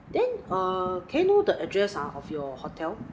then uh can I know the address ah of your hotel